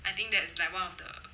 I think that's like one of the